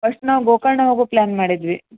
first ನಾವು ಗೋಕರ್ಣ ಹೋಗೋ plan ಮಾಡಿದಿವಿ